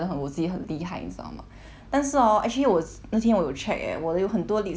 但是 hor actually 我那天我有 check eh 我有很多 lipstick actually they expire liao eh